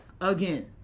again